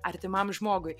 artimam žmogui